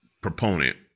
proponent